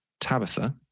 Tabitha